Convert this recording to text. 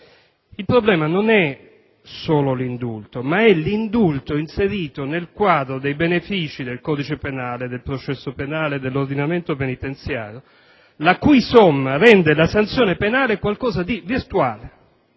Il problema non è solo l'indulto, ma è l'indulto inserito nel quadro dei benefici del codice penale, del processo penale e dell'ordinamento penitenziario, la cui somma rende la sanzione penale qualcosa di virtuale.